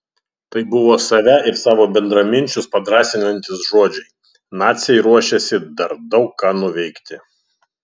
tai buvo save ir savo bendraminčius padrąsinantys žodžiai naciai ruošėsi dar daug ką nuveikti